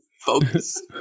Focus